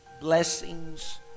Blessings